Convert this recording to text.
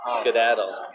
skedaddle